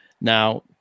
Now